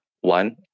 one